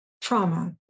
trauma